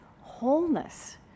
wholeness